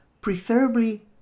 Preferably